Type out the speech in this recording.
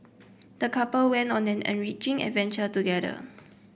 the couple went on an enriching adventure together